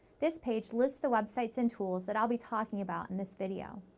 this page lists the web sites and tools that i'll be talking about in this video.